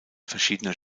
verschiedener